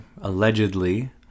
allegedly